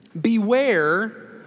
Beware